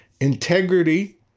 integrity